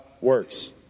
works